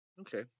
Okay